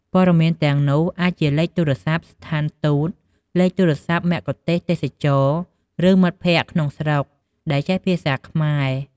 ព័ត៌មានទាំងនោះអាចជាលេខទូរស័ព្ទស្ថានទូត លេខទូរស័ព្ទមគ្គុទ្ទេសក៍ទេសចរណ៍ ឬមិត្តភក្តិក្នុងស្រុកដែលចេះភាសាខ្មែរ។